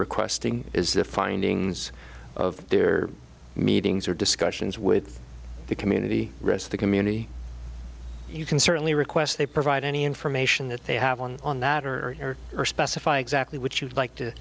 requesting is the findings of their meetings or discussions with the community rest of the community you can certainly request they provide any information that they have won on that or or specify exactly what you'd like to